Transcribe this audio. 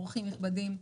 אורחים נכבדים,